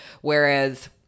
Whereas